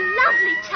lovely